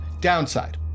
downside